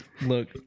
Look